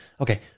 Okay